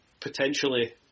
potentially